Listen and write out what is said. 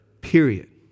period